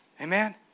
Amen